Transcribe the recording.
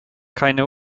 keine